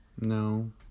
No